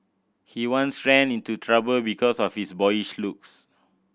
he once ran into trouble because of his boyish looks